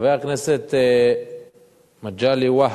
חבר הכנסת מגלי והבה,